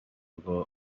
agomba